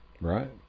right